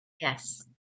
Yes